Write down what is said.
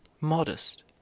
modest